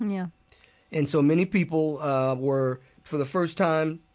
yeah and so many people ah were, for the first time,